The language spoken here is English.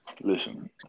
Listen